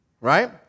Right